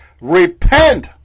Repent